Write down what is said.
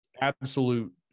absolute